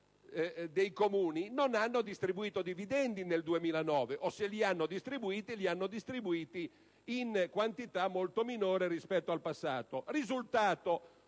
dei Comuni non hanno distribuito dividendi nel 2009 o, se li hanno distribuiti, lo hanno fatto in quantità molto minori rispetto al passato. È risultato,